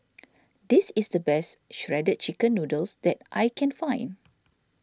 this is the best Shredded Chicken Noodles that I can find